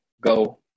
go